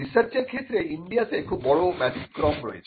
রিসার্চের ক্ষেত্রে ইন্ডিয়াতে খুব বড় ব্যতিক্রম রয়েছে